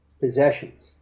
possessions